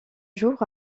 jours